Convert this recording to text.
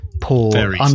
poor